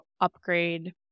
upgrade